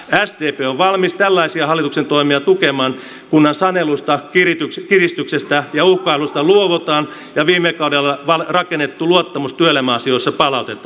sdp on valmis tällaisia hallituksen toimia tukemaan kunhan sanelusta kiristyksestä ja uhkailusta luovutaan ja viime kaudella rakennettu luottamus työelämäasioissa palautetaan